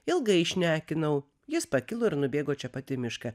ilgai šnekinau jis pakilo ir nubėgo čia pat į mišką